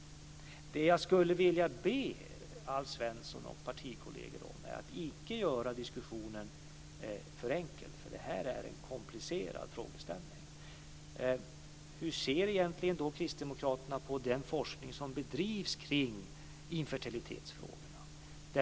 Det jag skulle vilja be Alf Svensson och partikolleger om är att icke göra diskussionen för enkel, för detta är en komplicerad frågeställning. Hur ser egentligen kristdemokraterna på den forskning som bedrivs kring infertilitetsfrågorna?